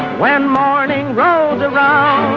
when morning rolls around,